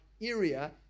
area